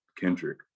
Kendrick